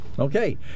Okay